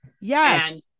Yes